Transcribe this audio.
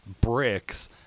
bricks